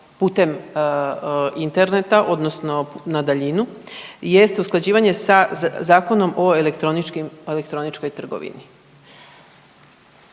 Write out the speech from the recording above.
putem interneta odnosno na daljinu, jeste usklađivanje sa Zakonom o elektroničkim,